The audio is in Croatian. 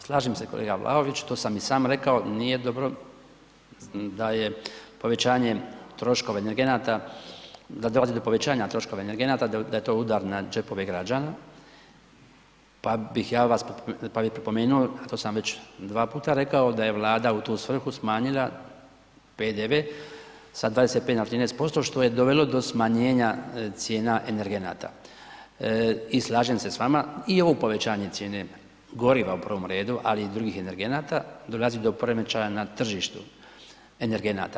Slažem se kolega Vlaović, to sam i sam rekao, nije dobro da je povećanje troškova energenata, da dolazi do povećanja troškova energenata, da je to udar na džepove građana, pa bih ja vas, pa bi pripomenuo, a to sam već dva puta rekao, da je Vlada u tu svrhu smanjila PDV sa 25 na 13%, što je dovelo do smanjenja cijena energenata i slažem se s vama i ovo povećanje cijene goriva u prvom redu, ali i drugih energenata, dolazi do poremećaja na tržištu energenata.